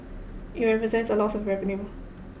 it represents a loss of revenue